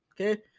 okay